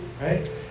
right